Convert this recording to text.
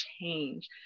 change